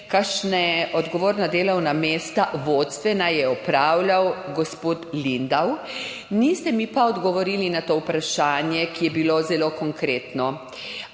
kakšna odgovorna vodstvena delovna mesta je opravljal gospod Lindav, niste mi pa odgovorili na to vprašanje, ki je bilo zelo konkretno: